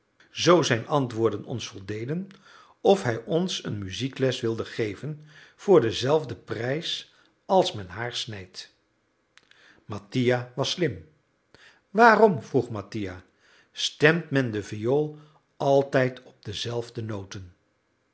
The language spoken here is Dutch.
zoo zijn antwoorden ons voldeden of hij ons een muziekles wilde geven voor denzelfden prijs als men haar snijdt mattia was slim waarom vroeg mattia stemt men de viool altijd op dezelfde noten